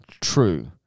true